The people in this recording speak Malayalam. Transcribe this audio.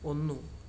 ഒന്നു